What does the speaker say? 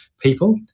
people